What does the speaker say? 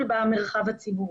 הזמן.